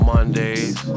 Mondays